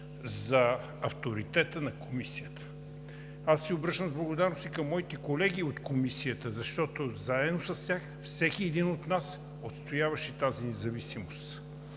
за авторитета на Комисията. Обръщам се с благодарност и към моите колеги от Комисията, защото заедно с тях всеки един от нас отстояваше тази независимост.